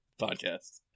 podcast